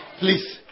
Please